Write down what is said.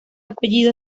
apellido